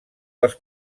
dels